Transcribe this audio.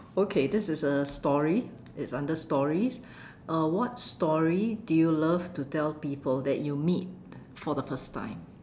okay this is a story it's under stories uh what story do you love to tell people that you meet for the first time